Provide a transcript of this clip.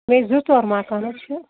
مےٚ چھِ زٕ ژور مکان حظ چھِ